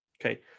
Okay